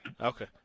Okay